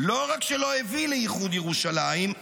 לא רק שלא הביא לאיחוד ירושלים,